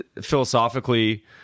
philosophically